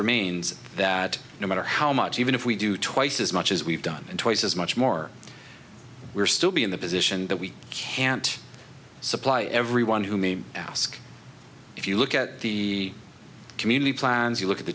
remains that no matter how much even if we do twice as much as we've done twice as much more we're still be in the position that we can't supply everyone who may ask if you look at the community plans you look at the